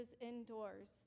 indoors